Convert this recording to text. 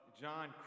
John